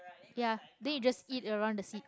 ya then you just eat around the seed